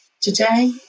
Today